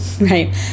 Right